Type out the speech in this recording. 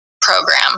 program